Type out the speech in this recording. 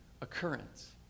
occurrence